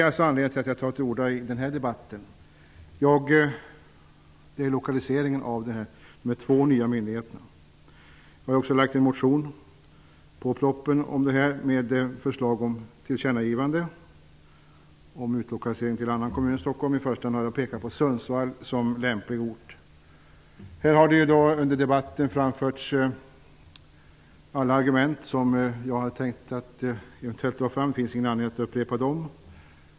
Anledningen till att jag tar till orda i denna debatt är lokaliseringen av de två nya myndigheterna. Jag har också väckt en motion med anledning av propositionen. Motionen innehåller förslag om ett tillkännagivande till regeringen om utlokalisering till annan kommun än Stockholm. I första hand har jag nämnt Sundsvall som lämplig ort. Under debatten har alla argument framförts som jag hade tänkt att ta upp, och det finns ingen anledning att upprepa dem.